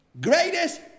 greatest